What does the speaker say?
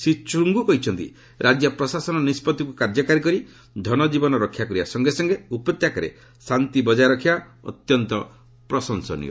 ଶ୍ରୀ ଚ୍ରଙ୍ଗୁ କହିଛନ୍ତି ରାଜ୍ୟ ପ୍ରଶାସନ ନିଷ୍ପଭିକୁ କାର୍ଯ୍ୟକାରୀ କରି ଧନଜୀବନ ରକ୍ଷା କରିବା ସଙ୍ଗେ ସଙ୍ଗେ ଉପତ୍ୟକାରେ ଶାନ୍ତି ବଜାୟ ରଖିବା ଅତ୍ୟନ୍ତ ପ୍ରଶଂସନୀୟ